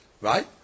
Right